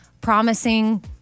promising